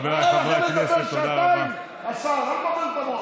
השר יכול לדבר שעתיים, אל תבלבל את המוח.